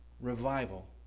revival